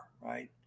right